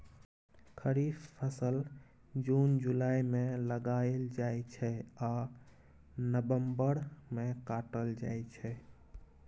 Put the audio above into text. खरीफ फसल जुन जुलाई मे लगाएल जाइ छै आ नबंबर मे काटल जाइ छै